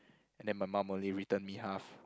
and then my mum only return me half